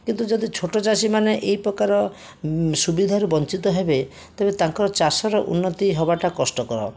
କିନ୍ତୁ ଯଦି ଛୋଟଚାଷୀ ମାନେ ଏହିପ୍ରକାର ସୁବିଧାରୁ ବଞ୍ଚିତ ହେବେ ତେବେ ତାଙ୍କ ଚାଷର ଉନ୍ନତି ହବାଟା କଷ୍ଟକର